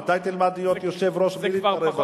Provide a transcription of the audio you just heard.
מתי תלמד להיות יושב-ראש בלי דיבורים פוליטיים?